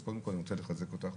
אז קודם כל אני רוצה לחזק אותך.